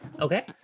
Okay